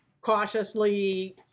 cautiously